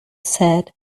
said